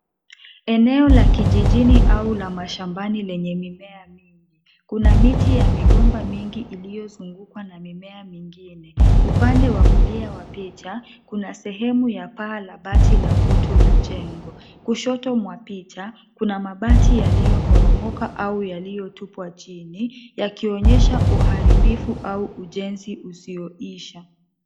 Eneo la kijijini au la mashambani lenye mimea mingi. Kuna miti ya migomba mingi iliyozungukwa na mimea mingine. Upande wa kulia wa picha, kuna sehemu ya paa la bati la kutu la jengo. Kushoto mwa picha, kuna mabati yaliyoporompka au yaliyotupwa chini, yakionyesha uharibifu au ujenzi usioisha.